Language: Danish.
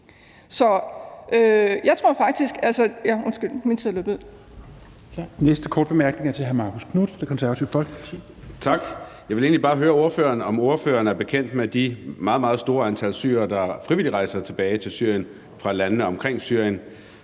Jeg vil egentlig bare høre ordføreren, om ordføreren er bekendt med det meget, meget store antal syrere, der frivilligt rejser tilbage til Syrien fra landene omkring Syrien.